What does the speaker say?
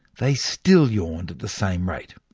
they still yawned at the same rate.